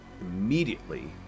immediately